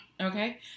okay